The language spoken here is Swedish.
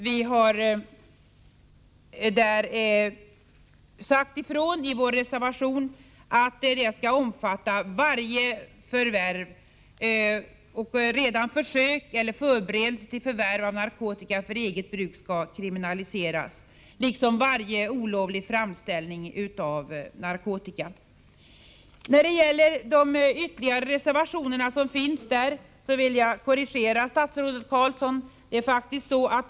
Vi har sagt att det straffbara området skall omfatta varje förvärv, och redan försök eller förberedelse till förvärv av narkotika för eget bruk, liksom varje olovlig framställning av narkotika. Beträffande övriga reservationer vill jag korrigera statsrådet Ingvar Carlsson.